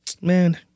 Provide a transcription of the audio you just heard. Man